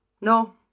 No